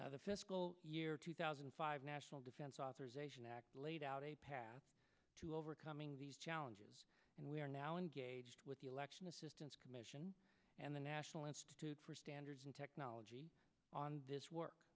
closed the year two thousand and five national defense authorization act laid out a path to overcoming these challenges and we are now engaged with the election assistance commission and the national institute for standards and technology on this work